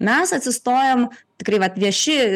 mes atsistojam tikrai vat vieši